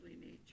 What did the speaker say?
nature